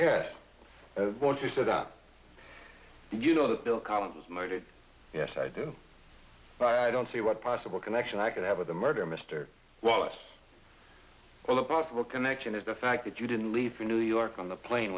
that you know the bill column was murdered yes i do but i don't see what possible connection i could have with the murder mr wallace well the possible connection is the fact that you didn't leave new york on the plane